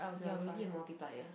ya really a multiplier